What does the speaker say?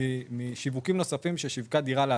משיווקים נוספים ששיווקה דירה להשכיר.